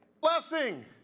Blessing